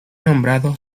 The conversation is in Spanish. nombrado